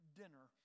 dinner